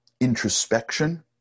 introspection